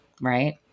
Right